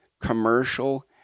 commercial